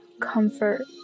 comfort